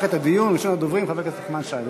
יפתח את הדיון ראשון הדוברים, חבר הכנסת נחמן שי.